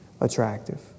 attractive